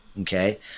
Okay